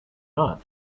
not